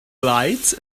lights